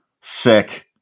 sick